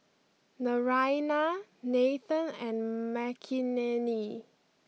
Naraina Nathan and Makineni